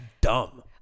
dumb